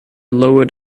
lowered